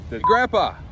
Grandpa